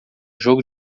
jogo